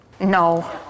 No